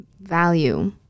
value